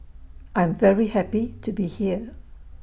I'm very happy to be here